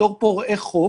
בתור פורעי חוק.